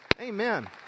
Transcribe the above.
Amen